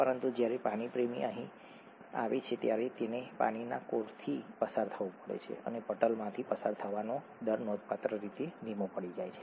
પરંતુ જ્યારે પાણીપ્રેમી અણુ અહીં આવે છે ત્યારે તેને પાણીના કોરથી પસાર થવું પડે છે અને પટલમાંથી પસાર થવાનો દર નોંધપાત્ર રીતે ધીમો પડી જાય છે